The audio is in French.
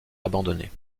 abandonnés